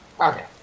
Okay